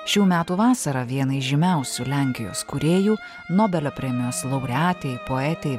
šių metų vasarą vienai žymiausių lenkijos kūrėjų nobelio premijos laureatei poetei